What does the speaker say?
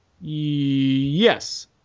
Yes